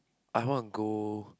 I want go